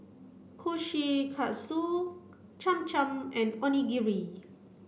Kushikatsu Cham Cham and Onigiri